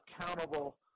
accountable